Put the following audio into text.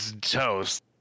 toast